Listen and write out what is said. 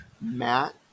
Matt